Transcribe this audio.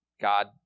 God